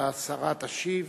והשרה תשיב.